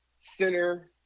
center